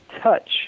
touch